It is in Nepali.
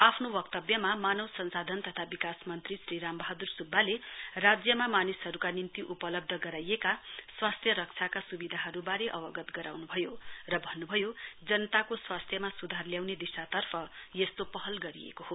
आफ्नो वक्तव्यमा मानव संसाधन तथा विकास मन्त्री श्री रामवहाद्र स्ब्बाले राज्यमा मानिसहरुका निम्ति उपलब्ध गराइएका स्वास्थ्य रक्षाका स्विधाहरुवारे अवगत गराउन् भयो र भन्नुभयो जनताको स्वास्थ्यमा सुधार ल्याउने दिशातर्फ यस्तो पहल गरिएको हो